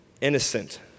innocent